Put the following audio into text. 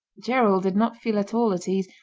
gerald did not feel at all at ease,